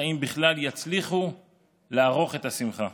האם בכלל יצליחו לערוך את השמחה.